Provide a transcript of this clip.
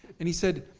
and he said,